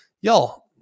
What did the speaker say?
Y'all